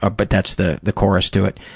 ah but that's the the chorus to it,